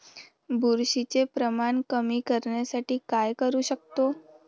बुरशीचे प्रमाण कमी करण्यासाठी काय करू शकतो?